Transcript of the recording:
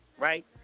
right